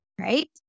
right